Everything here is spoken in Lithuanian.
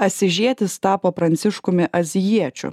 asyžietis tapo pranciškumi azijiečiu